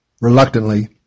reluctantly